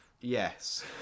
Yes